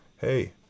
Hey